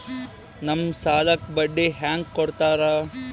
ನಮ್ ಸಾಲಕ್ ಬಡ್ಡಿ ಹ್ಯಾಂಗ ಕೊಡ್ತಾರ?